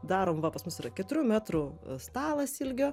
darom va pas mus yra keturių metrų stalas ilgio